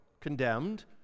condemned